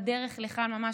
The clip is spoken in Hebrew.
בדרך לכאן ממש,